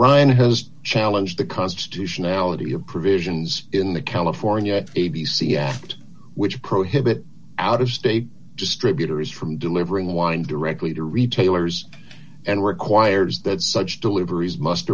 arayan has challenge the constitutionality of provisions in the california a b c aft which prohibit out of state distributors from delivering wine directly to retailers and requires that such deliveries must